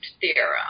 theorem